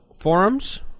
forums